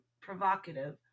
provocative